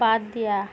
বাদ দিয়া